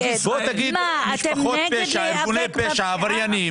אתם נגד להיאבק בפשיעה?